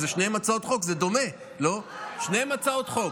אז שתיהן הצעות חוק,